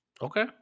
Okay